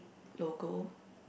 local